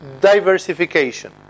diversification